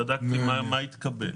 בדקתי מה התקבל.